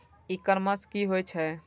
ई commerce की होए छै?